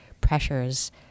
pressures